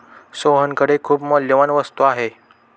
सोहनकडे खूप मौल्यवान वस्तू आहे